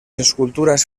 esculturas